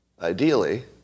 ideally